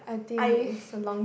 I